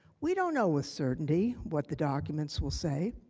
we don't know with certainty what the documents will say.